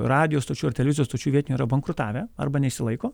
radijo stočių ar televizijos stočių vietinių yra bankrutavę arba neišsilaiko